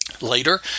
Later